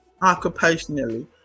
occupationally